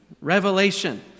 Revelation